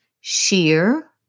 Sheer